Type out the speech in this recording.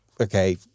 okay